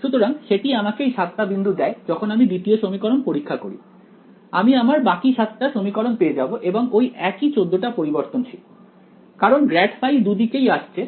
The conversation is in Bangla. সুতরাং সেটি আমাকে এই 7 টা বিন্দু দেয় যখন আমি দ্বিতীয় সমীকরণ পরীক্ষা করি আমি আমার বাকি সাতটা সমীকরণ পেয়ে যাব এবং ওই একই 14 টা পরিবর্তনশীল কারণ গ্রাড ফাই দুদিকেই আসছে